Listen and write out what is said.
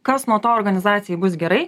kas nuo to organizacijai bus gerai